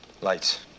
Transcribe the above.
Lights